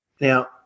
Now